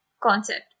concept